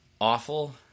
awful